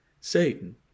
Satan